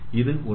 இது ஒன்று